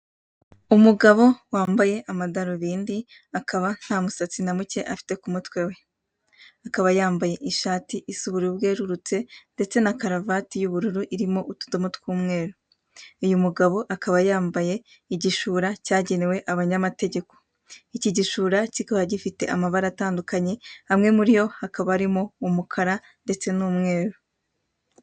Umugabo wambaye amadarubindi akaba nta musatsi na muke afite ku mutwe we. Akaba yambaye ishati isa ubururu bwerurutse ndetse na karavati y'ubururu irimo utudomo tw'umweru. Uyu mugabo akaba yambaye igishura cyagenewe abanyamategeko. Iki gishura kikaba gifite amabara atandukanye, amwe muri yo hakaba harimo umukara ndetse n'umweru.